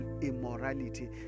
immorality